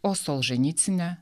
o solženycine